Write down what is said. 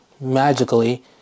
magically